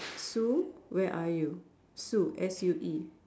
Sue where are you Sue S U E